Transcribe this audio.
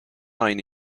aynı